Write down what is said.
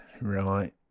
Right